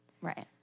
right